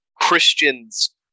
Christian's